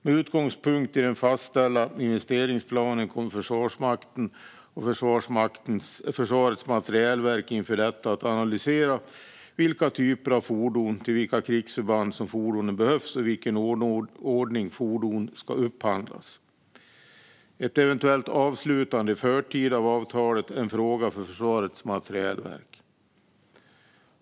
Med utgångspunkt i den fastställda investeringsplanen kommer Försvarsmakten och Försvarets materielverk inför detta att analysera vilka typer av fordon, till vilka krigsförband som fordon behövs och i vilken ordning fordon ska upphandlas. Ett eventuellt avslutande i förtid av avtalet är en fråga för Försvarets materielverk.